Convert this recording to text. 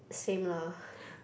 same lah